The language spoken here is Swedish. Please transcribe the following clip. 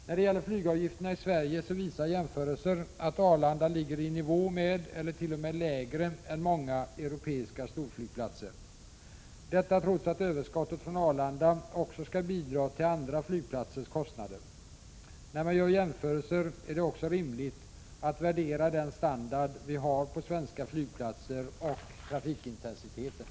När det gäller flygavgifterna i Sverige visar jämförelser att Arlanda ligger i nivå med eller t.o.m. lägre än många europeiska storflygplatser — detta trots att överskottet från Arlanda också skall bidra till andra flygplatsers kostnader. När man gör jämförelser är det också rimligt att värdera den standard vi har på svenska flygplatser och trafikintensiteten.